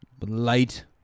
light